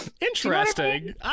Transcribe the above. interesting